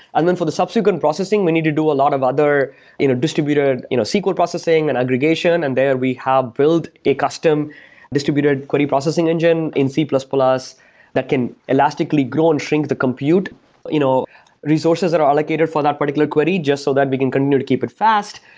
and then for the subsequent processing, we need to do a lot of other distributed you know sql processing and aggregation and there we have built a custom distributed query processing engine in c plus plus that can elastically grow and shrink the compute you know resources that are allocated for that particular query just so that we can continue to keep it fast.